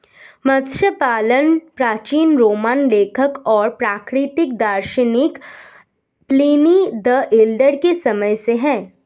मत्स्य पालन प्राचीन रोमन लेखक और प्राकृतिक दार्शनिक प्लिनी द एल्डर के समय से है